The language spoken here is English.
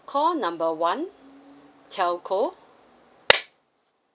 call number one telco